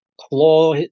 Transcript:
claw